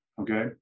okay